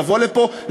לבוא לפה?